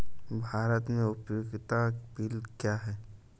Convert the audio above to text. भारत में उपयोगिता बिल क्या हैं?